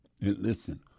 Listen